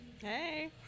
Hey